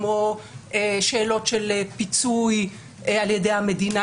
כמו שאלות של פיצוי על ידי המדינה.